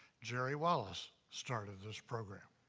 jerry wallace started this program.